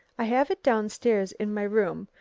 i have it down stairs in my room,